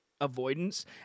avoidance